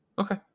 Okay